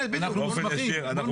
בדיוק, אנחנו מוסמכים, בוא נבטל לכולם.